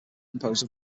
composed